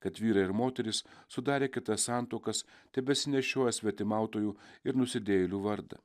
kad vyrai ir moterys sudarę kitas santuokas tebesinešioja svetimautojų ir nusidėjėlių vardą